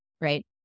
Right